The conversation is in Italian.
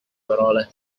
parole